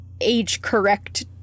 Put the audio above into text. age-correct